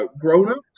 grown-ups